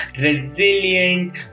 resilient